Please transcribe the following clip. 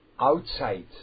outside